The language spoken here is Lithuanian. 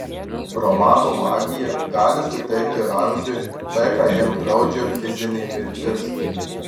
romano magija gali suteikti ramziui tai ką jam draudžia fizinė mirtis